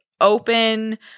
open